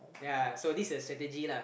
ya so this is the strategy lah